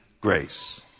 grace